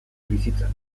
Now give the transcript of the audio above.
bizitzan